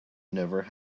never